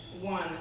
one